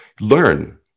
Learn